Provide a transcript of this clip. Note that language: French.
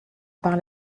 par